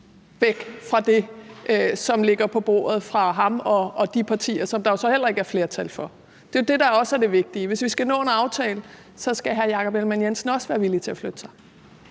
væk fra det, som ligger på bordet, fra ham og de partier, og som der jo så heller ikke er flertal for? Det er jo også det, der er det vigtige. Hvis vi skal nå en aftale, skal hr. Jakob Ellemann-Jensen også være villig til at flytte sig.